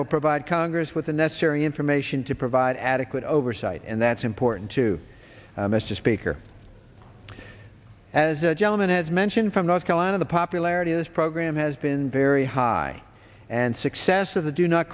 will provide congress with the necessary information to provide adequate oversight and that's important to mr speaker as a gentleman as mentioned from north carolina the popularity of this program has been very high and success of the do not